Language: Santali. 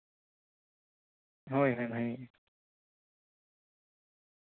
ᱦᱳᱭ ᱦᱳᱭ